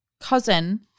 cousin